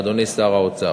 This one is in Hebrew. אדוני שר האוצר,